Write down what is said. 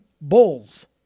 bulls